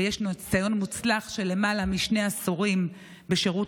ויש ניסיון מוצלח של למעלה משני עשורים בשירות